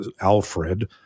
Alfred